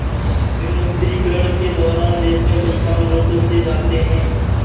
विमुद्रीकरण के दौरान देश में कई काम रुक से जाते हैं